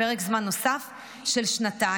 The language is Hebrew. לפרק זמן נוסף של שנתיים,